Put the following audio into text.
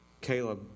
Caleb